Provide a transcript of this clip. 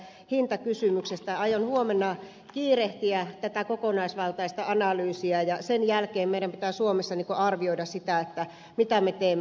aion huomenna kiirehtiä tätä kokonaisvaltaista analyysiä ja sen jälkeen meidän pitää suomessa arvioida sitä mitä me teemme